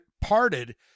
parted